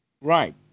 right